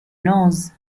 knows